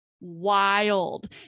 wild